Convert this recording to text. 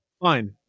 Fine